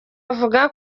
avuga